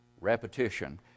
repetition